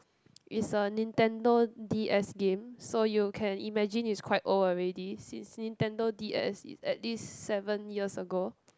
is a Nintendo-D_S game so you can imagine it's quite old already since Nintendo-D_S is at least seven years ago